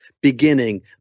beginning